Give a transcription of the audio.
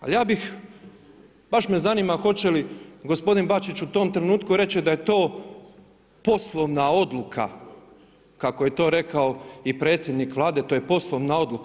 Ali ja bih, baš me zanima hoće li gospodin Bačić u tom trenutku reći da je to poslovna odluka kako je to rekao i predsjednik Vlade, to je poslovna odluka.